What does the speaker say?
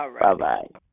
Bye-bye